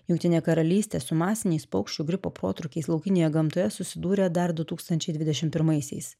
jungtinė karalystė su masiniais paukščių gripo protrūkiais laukinėje gamtoje susidūrė dar du tūkstančiai dvidešim pirmaisiais